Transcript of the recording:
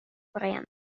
friend